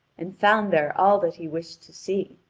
and found there all that he wished to see.